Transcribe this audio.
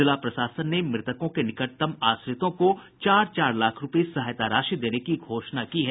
जिला प्रशासन ने मृतकों के निकटतम आश्रितों को चार चार लाख रूपये सहायता राशि देने की घोषणा की है